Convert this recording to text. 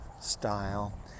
style